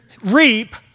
reap